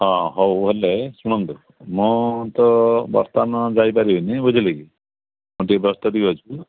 ହଁ ହଉ ହେଲେ ଶୁଣନ୍ତୁ ମୁଁ ତ ବର୍ତ୍ତମାନ ଯାଇପାରିବିନି ବୁଝିଲେ କିି ମୁଁ ଟିକେ ବ୍ୟସ୍ତ ଟିକେ ଅଛି